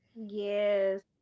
Yes